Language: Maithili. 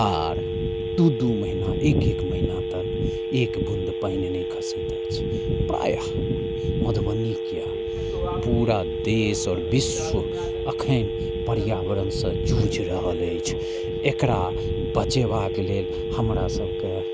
आओर दू दू महिना एक एक महिना तक एक बूँद पानि नहि खसैत अछि प्रायः मधुबनी किएक पूरा देश आओर विश्व एखन पर्यावरणसँ जुझि रहल अछि एकरा बचेबाके लेल हमरा सबके